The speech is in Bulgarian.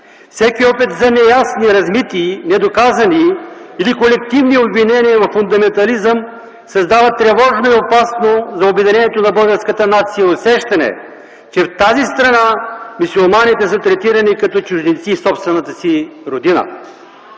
Всеки опит за неясни, размити, недоказани или колективни обвинения във фундаментализъм създават тревожно и опасно за обединението на българската нация усещане, че в тази страна мюсюлманите са третирани като чужденци в собствената си родина.